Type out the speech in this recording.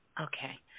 Okay